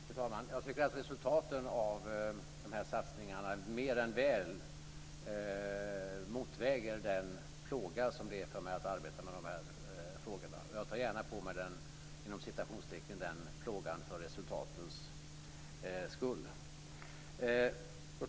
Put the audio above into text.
Fru talman! Jag tycker att resultaten av satsningarna mer än väl motväger den plåga det är för mig att arbeta med frågorna. Jag tar gärna på mig den "plågan" för resultatens skull.